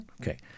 Okay